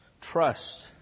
trust